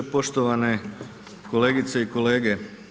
Poštovane kolegice i kolege.